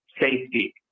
safety